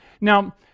Now